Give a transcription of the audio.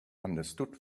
understood